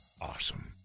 Awesome